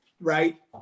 right